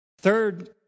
Third